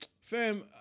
Fam